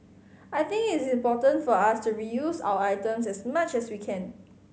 I think it is important for us to reuse our items as much as we can